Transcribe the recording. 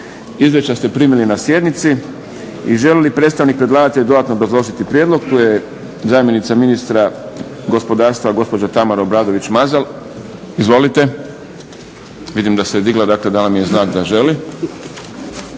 Izvješća ste primili na sjednici. Želi li predstavnik predlagatelja dodatno obrazložiti prijedlog? Tu je zamjenica ministra gospodarstva, gospođa Tamara Obradović Mazal. Izvolite. **Obradović Mazal, Tamara** Hvala,